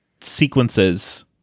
sequences